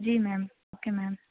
جی ma'am okay میم